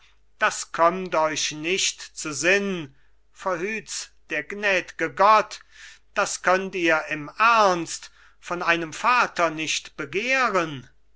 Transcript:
das kömmt euch nicht zu sinn verhüt's der gnäd'ge gott das könnt ihr im ernst von einem vater nicht begehren